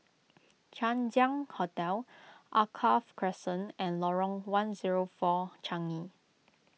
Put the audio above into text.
Chang Ziang Hotel Alkaff Crescent and Lorong one zero four Changi